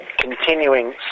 continuing